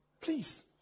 Please